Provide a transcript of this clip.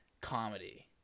comedy